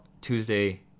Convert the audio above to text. Tuesday